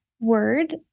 word